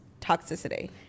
toxicity